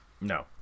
no